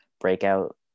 breakout